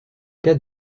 cas